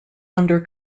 under